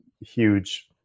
huge